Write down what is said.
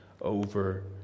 over